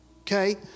Okay